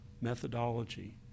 methodology